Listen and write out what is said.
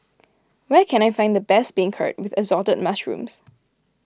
where can I find the best Beancurd with Assorted Mushrooms